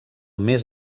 més